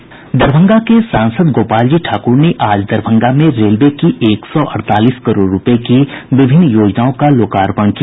दरभंगा के सांसद गोपालजी ठाकूर ने आज दरभंगा में रेलवे की एक सौ अड़तालीस करोड़ रूपये की विभिन्न योजनाओं का लोकार्पण किया